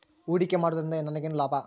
ಹೂಡಿಕೆ ಮಾಡುವುದರಿಂದ ನನಗೇನು ಲಾಭ?